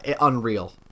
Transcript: Unreal